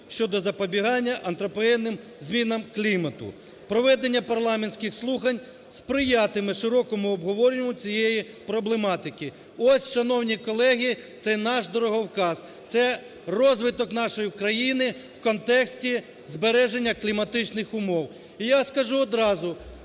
щодо запобігання антропогенним змінам клімату". Проведення парламентських слухань сприятиме широкому обговоренню цієї проблематики. Ось, шановні колеги, це наш дороговказ, це розвиток нашої України в контексті збереження кліматичних умов. І я скажу одразу,